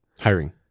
Hiring